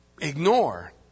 ignore